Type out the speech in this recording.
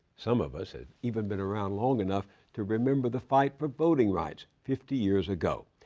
some of us have even been around long enough to remember the fight for voting rights fifty years ago.